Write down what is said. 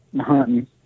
hunting